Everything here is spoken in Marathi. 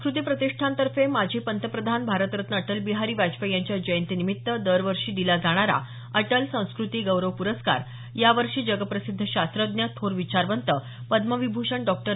संस्क्रती प्रतिष्ठानतर्फे माजी पंतप्रधान भारतरत्न अटलबिहारी वाजपेयी यांच्या जयंतीनिमित्त दरवर्षी दिला जाणारा अटल संस्कृती गौरव प्रस्कार या वर्षी जगप्रसिद्ध शास्त्रज्ञ थोर विचारवंत पद्मविभूषण डॉ